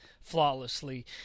flawlessly